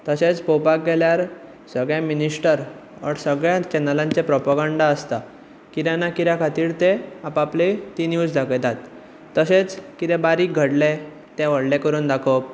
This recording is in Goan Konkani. तेशेंच पळोवपाक गेल्यार सगळे मिनिस्टर सगळ्यात चनलांचे प्रोपगेंडा आसता कित्या ना कित्या खातीर ते आप आपली ती न्युज दाखयतात तशेंच कितें बारीक घडलें तें व्हडलें करून दाखोवप